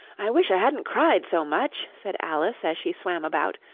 i wish i hadn't cried so much said alice, as she swam about,